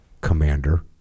commander